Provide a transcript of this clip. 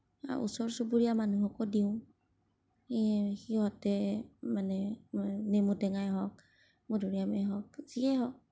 ওচৰ চুবুৰীয়া মানুহকো দিওঁ সিহঁতে মানে নেমুটেঙাই হওঁক মধুৰীআমেই হওঁক যিয়েই হওঁক